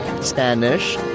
Spanish